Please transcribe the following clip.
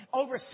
over